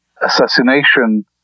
assassination